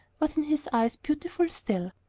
was in his eyes beautiful still.